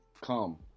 Come